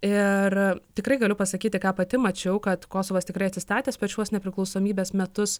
ir tikrai galiu pasakyti ką pati mačiau kad kosovas tikrai atsistatęs per šiuos nepriklausomybės metus